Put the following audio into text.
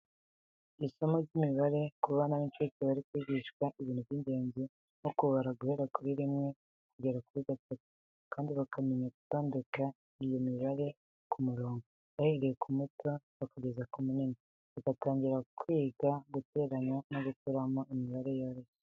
Isomo ry’imibare ku bana b’incuke bari kwigishwa ibintu by’ingenzi nko kubara guhera kuri rimwe kugera kuri gatatu, kandi bakamenya gutondeka iyo mibare ku murongo, bahereye ku muto bakageza ku munini, bagatangira kwiga guteranya no gukuramo imibare yoroheje.